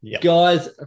Guys